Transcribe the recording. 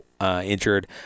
injured